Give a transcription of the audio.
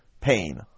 pain